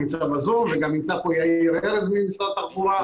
וגם נמצא פה יאיר ארז ממשרד התחבורה.